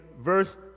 verse